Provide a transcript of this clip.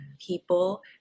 people